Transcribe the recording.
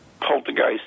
poltergeist